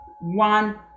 one